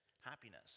happiness